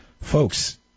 Folks